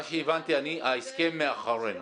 מה שהבנתי, ההסכם מאחורינו.